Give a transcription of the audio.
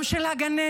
גם של הגננת,